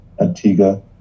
Antigua